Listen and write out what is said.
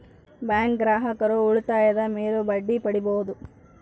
bank ಗ್ರಾಹಕರು ಉಳಿತಾಯದ ಮೇಲೂ ಬಡ್ಡಿ ಪಡೀಬಹುದು